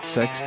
Sex